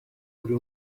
buri